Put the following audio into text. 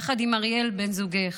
יחד עם אריאל בן זוגך,